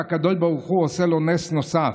והקדוש ברוך הוא עושה לו נס נוסף.